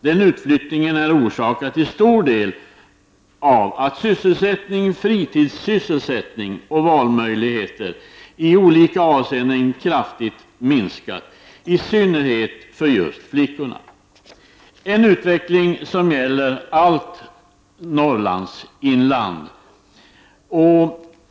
Den utflyttningen är till stor del orsakad av att sysselsättning, fritidssysselsättning och valmöjligheter i olika avseenden kraftigt har minskat, i synnerhet för just flickorna. Denna utveckling gäller hela Norrlands inland.